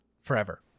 forever